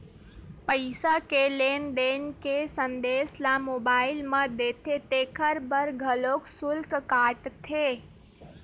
पईसा के लेन देन के संदेस ल मोबईल म देथे तेखर बर घलोक सुल्क काटथे